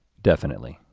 definitely,